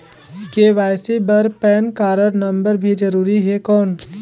KYC बर PAN card नम्बर भी जरूरी हे कौन?